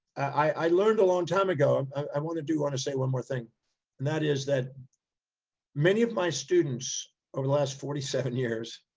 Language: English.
i learned a long time ago. i want to do want to say one more thing that is that many of my students over the last forty seven years